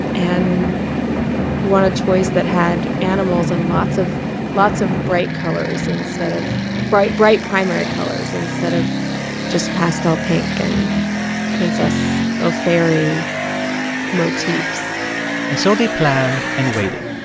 and wanted toys that had animals and lots of lots of bright colors instead of bright bright primary colors, instead of just pastel pink and princess or fairy motifs and so they planned and waited.